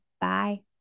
Bye